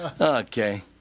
Okay